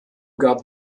gab